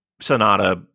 Sonata